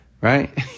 Right